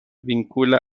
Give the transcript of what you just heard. vincula